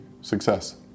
success